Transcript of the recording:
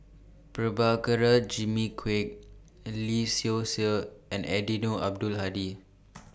Prabhakara Jimmy Quek Lee Seow Ser and Eddino Abdul Hadi